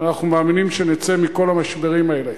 אנחנו מאמינים שנצא מכל המשברים האלה,